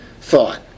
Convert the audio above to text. thought